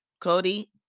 cody